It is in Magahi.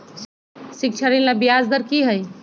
शिक्षा ऋण ला ब्याज दर कि हई?